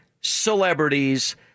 celebrities